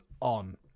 on